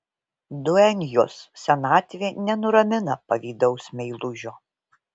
duenjos senatvė nenuramina pavydaus meilužio